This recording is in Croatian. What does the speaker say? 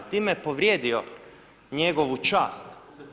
Time je povrijedio njihovu čast.